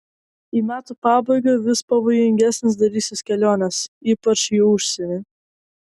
į metų pabaigą vis pavojingesnės darysis kelionės ypač į užsienį